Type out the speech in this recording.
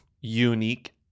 unique